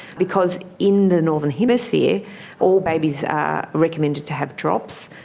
because in the northern hemisphere all babies are recommended to have drops,